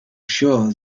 sure